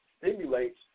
stimulates